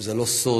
שזה לא סוד